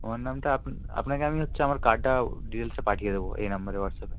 আমার নামটা আপনাকে আমি হচ্ছে আমার কার্ডটা ও ডিটেলসটা পাঠিয়ে দেবো এই নাম্বারে হোয়াটসআপে